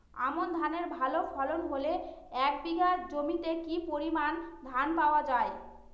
আমন ধানের ভালো ফলন হলে এক বিঘা জমিতে কি পরিমান ধান পাওয়া যায়?